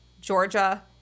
Georgia